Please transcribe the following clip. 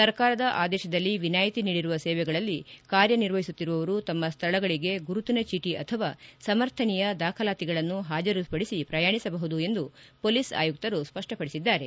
ಸರ್ಕಾರದ ಆದೇಶದಲ್ಲಿ ವಿನಾಯಿತಿ ನೀಡಿರುವ ಸೇವೆಗಳಲ್ಲಿ ಕಾರ್ಯ ನಿರ್ವಹಿಸುತ್ತಿರುವವರು ತಮ್ಮ ಸ್ವಳಗಳಿಗೆ ಗುರುತಿನ ಚೀಟಿ ಅಥವಾ ಸಮರ್ಥನೀಯ ದಾಖಲಾತಿಗಳನ್ನು ಹಾಜರುಪಡಿಸಿ ಪ್ರಯಾಣಿಸಬಹುದು ಎಂದು ಪೊಲೀಸ್ ಆಯುಕ್ತರು ಸ್ಪಷ್ಟಪಡಿಸಿದ್ದಾರೆ